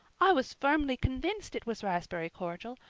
i was firmly convinced it was raspberry cordial.